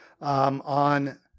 on